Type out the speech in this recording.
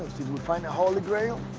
we find the holy grail?